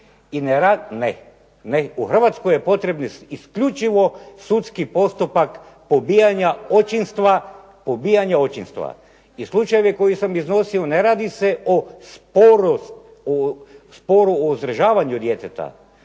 ne u Hrvatskoj je potrebno isključivo sudski postupak pobijanja očinstva. I slučajeve koje sam iznosio ne radi se o sporu o uzdržavanju djeteta